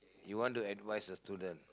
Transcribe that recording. you want to advise a student